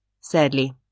Sadly